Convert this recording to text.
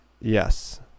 Yes